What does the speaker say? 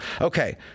Okay